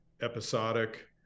episodic